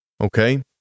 Okay